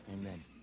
Amen